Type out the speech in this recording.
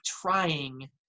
trying